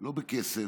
לא בכסף,